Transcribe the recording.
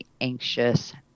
anxious